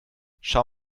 schau